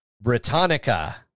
Britannica